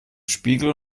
spiegel